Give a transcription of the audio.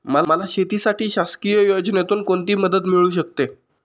मला शेतीसाठी शासकीय योजनेतून कोणतीमदत मिळू शकते?